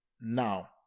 now